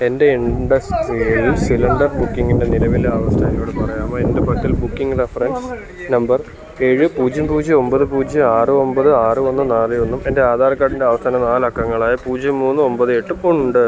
എൻ്റെ industrial cylinder ബുക്കിംഗിൻ്റെ നിലവിലെ അവസ്ഥ എന്നോട് പറയാമോ എൻ്റെ പക്കൽ ബുക്കിംഗ് റഫറൻസ് നമ്പർ ഏഴ് പൂജ്യം പൂജ്യം ഒമ്പത് പൂജ്യം ആറ് ഒമ്പത് ആറ് ഒന്ന് നാല് ഒന്നും എൻ്റെ ആധാർ കാർഡിൻ്റെ അവസാന നാല് അക്കങ്ങളായ പൂജ്യം മൂന്ന് ഒമ്പത് എട്ടും ഉണ്ട്